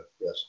Yes